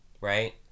right